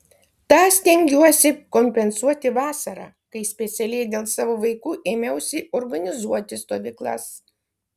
tą stengiuosi kompensuoti vasarą kai specialiai dėl savo vaikų ėmiausi organizuoti stovyklas